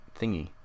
thingy